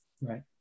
Right